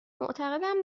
معتقدم